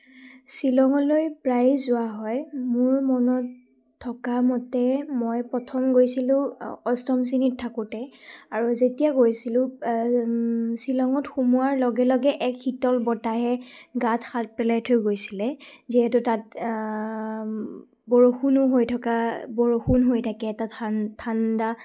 শ্বিলঙলৈ প্ৰায়ে যোৱা হয় মোৰ মনত থকা মতে মই প্ৰথম গৈছিলোঁ অষ্টম শ্ৰেণীত থাকোঁতে আৰু যেতিয়া গৈছিলোঁ শ্বিলঙত সোমোৱাৰ লগে লগে এক শীতল বতাহে গাত হাত পেলাই থৈ গৈছিলে যিহেতু তাত বৰষুণো হৈ থকা বৰষুণ হৈ থাকে তাত ঠাণ্ডা